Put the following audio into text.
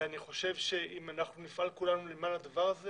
אני חושב שאם אנחנו נפעל כולנו למען הדבר הזה,